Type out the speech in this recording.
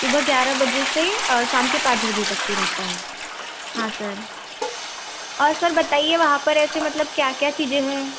सुबह ग्यारह बजे से शाम के पाँच बजे तक के रहता है हाँ सर और सर बताइए वहाँ पर ऐसे मतलब क्या क्या चीज़ें हैं